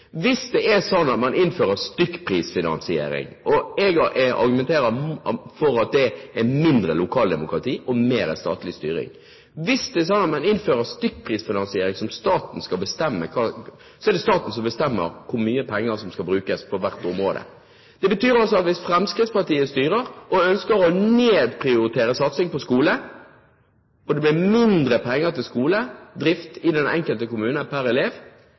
Hvis man innfører stykkprisfinansiering, er det staten som bestemmer hvor mye penger som skal brukes på hvert område. Det betyr at hvis Fremskrittspartiet styrer og ønsker å nedprioritere satsing på skole, og det blir mindre penger per elev til skoledrift i den enkelte kommune,